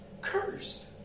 Cursed